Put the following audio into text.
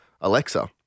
Alexa